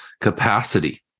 capacity